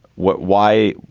what why.